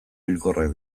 hilkorrak